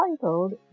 titled